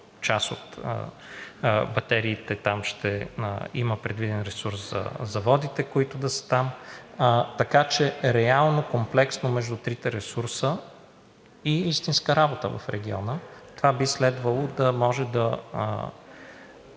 част от батериите там ще има предвиден ресурс за заводите, които да са там, така че реално комплексно между трите ресурса и истинска работа в региона – това би следвало да може да